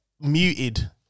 muted